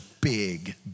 big